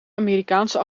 amerikaanse